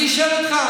אני שואל אותך,